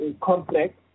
complex